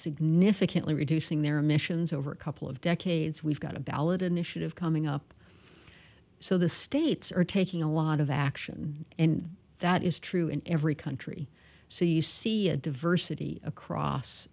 significantly reducing their emissions over a couple of decades we've got a ballot initiative coming up so the states are taking a lot of action and that is true in every country so you see a diversity across